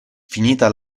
finita